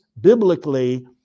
biblically